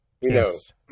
Yes